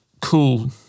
cool